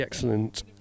Excellent